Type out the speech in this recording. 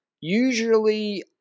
usually